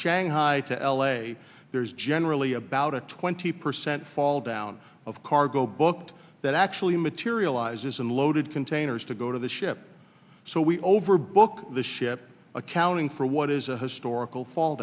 shanghai to l a there's generally about a twenty percent fall down of cargo booked that actually materializes unloaded containers to go to the ship so we overbooked the ship accounting for what is a historical fall